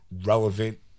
relevant